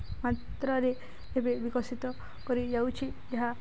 ମାତ୍ରାରେ ଏବେ ବିକଶିତ କରିଯାଉଛି ଏହା